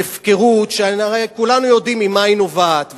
בהפקרות שהרי כולנו יודעים ממה היא נובעת,